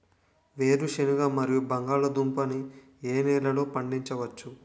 వేరుసెనగ మరియు బంగాళదుంప ని ఏ నెలలో పండించ వచ్చు?